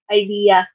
idea